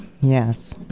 Yes